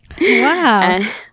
Wow